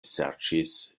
serĉis